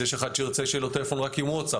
יש אחד שירצה שיהיה לו טלפון רק עם וואטסאפ,